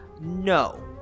No